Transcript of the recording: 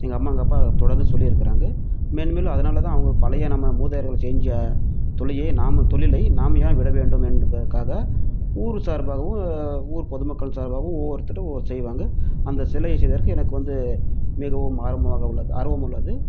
எங்கள் அம்மா எங்கள் அப்பா தொடர்ந்து சொல்லியிருக்குறாங்க மென்மேலும் அதனால் தான் அவங்க பழைய நம்ம மூதாதையர்கள் செஞ்ச தொழிலே நாம தொழிலை நாம் ஏன் விட வேண்டும் என்பதற்காக ஊர் சார்பாகவும் ஊர் பொதுமக்கள் சார்பாகவும் ஒவ்வொருத்தர் செய்வாங்கள் அந்த சிலையை செய்வதற்கு எனக்கு வந்து மிகவும் ஆர்வமாக உள்ளது ஆர்வம் உள்ளது